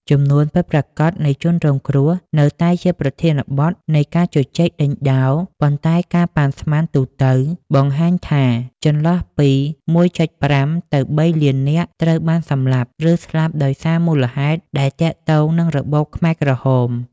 ចំនួនពិតប្រាកដនៃជនរងគ្រោះនៅតែជាប្រធានបទនៃការជជែកដេញដោល ប៉ុន្តែការប៉ាន់ស្មានទូទៅបង្ហាញថាចន្លោះពី ១.៥ ទៅ ៣ លាននាក់ ត្រូវបានសម្លាប់ ឬស្លាប់ដោយសារមូលហេតុដែលទាក់ទងនឹងរបបខ្មែរក្រហម។